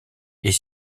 est